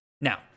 Now